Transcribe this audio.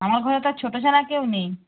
আমার ঘরে তো আর ছোটো ছাড়া কেউ নেই